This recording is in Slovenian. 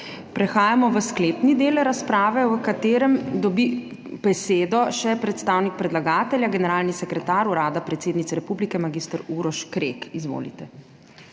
Prehajamo v sklepni del razprave, v katerem dobi besedo še predstavnik predlagatelja, generalni sekretar Urada predsednice republike mag. Uroš Krek. Izvolite.